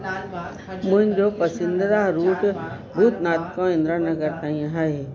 मुंहिंजो पसंदीदा रूट भूतनाथ खां इंदिरा नगर ताईं आहे